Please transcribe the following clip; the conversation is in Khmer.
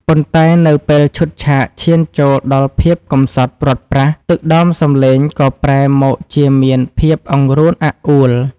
ប៉ុន្តែនៅពេលឈុតឆាកឈានចូលដល់ភាពកំសត់ព្រាត់ប្រាស ទឹកដមសំឡេងក៏ប្រែមកជាមានភាពអង្រួនអាក់អួល។